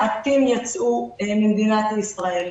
מעטים יצאו ממדינת ישראל.